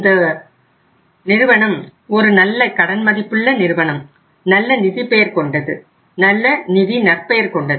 இந்த ஒரு நல்ல கடன் மதிப்புள்ள நிறுவனம் நல்ல நிதி நற்பெயர் கொண்டது